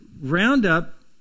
Roundup